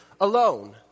alone